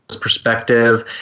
perspective